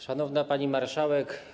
Szanowna Pani Marszałek!